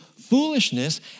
foolishness